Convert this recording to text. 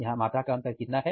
यहां मात्रा का अंतर कितना है